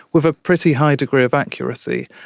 with a pretty high degree of accuracy.